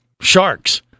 Sharks